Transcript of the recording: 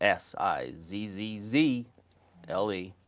s i z z z l e,